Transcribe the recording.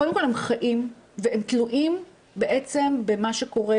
קודם כל הם חיים ותלויים בעצם במה שקורה